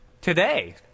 today